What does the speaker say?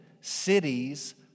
cities